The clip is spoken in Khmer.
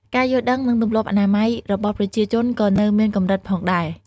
ការយល់ដឹង និងទម្លាប់អនាម័យ របស់ប្រជាជនក៏នៅមានកម្រិតផងដែរ។